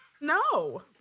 no